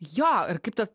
jo ir kaip tas